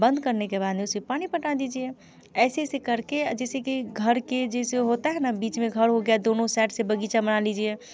बंद करने के में उसमें पानी पटा दीजिए ऐसे ऐसे करके जैसे की घर के जैसे होता है न बीच में घर हो गया दोनों साइड से बगीचा बना लीजिए